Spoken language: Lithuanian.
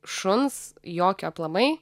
šuns jokio aplamai